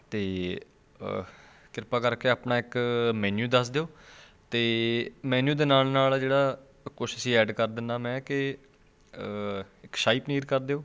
ਅਤੇ ਕਿਰਪਾ ਕਰਕੇ ਆਪਣਾ ਇੱਕ ਮੈਨਿਊ ਦੱਸ ਦਿਓ ਅਤੇ ਮੈਨਿਊ ਦੇ ਨਾਲ ਨਾਲ ਜਿਹੜਾ ਕੁਛ ਅਸੀਂ ਐਡ ਕਰ ਦਿੰਨਾ ਮੈਂ ਕਿ ਇੱਕ ਸ਼ਾਹੀ ਪਨੀਰ ਕਰ ਦਿਓ